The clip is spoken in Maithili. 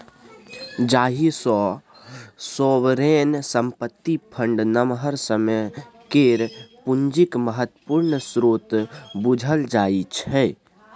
जाहि सँ सोवरेन संपत्ति फंड नमहर समय केर पुंजीक महत्वपूर्ण स्रोत बुझल जाइ छै